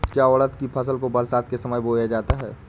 क्या उड़द की फसल को बरसात के समय बोया जाता है?